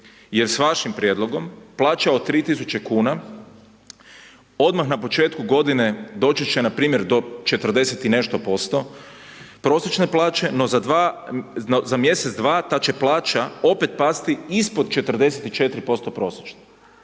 jer s vašim prijedlogom, plaća od 3000 kuna odmah na početku godine doći će npr. do 40 i nešto posto prosječne plaće no za mjesec, dva, ta će plaća opet pasti ispod 44% prosječne,